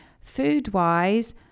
Food-wise